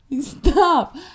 Stop